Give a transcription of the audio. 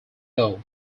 though